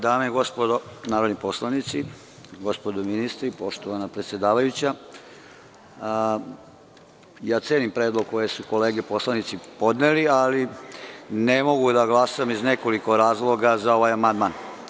Dame i gospodo narodni poslanici, gospodo ministri, poštovana predsedavajuća, cenim predlog koji su kolege poslanici podneli, ali ne mogu da glasam iz nekoliko razloga za ovaj amandman.